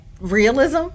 realism